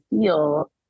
feel